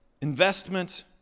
Investment